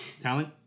Talent